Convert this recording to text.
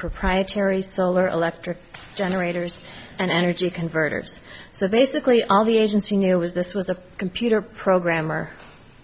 proprietary solar electric generators and energy converters so they simply all the agency knew was this was a computer programmer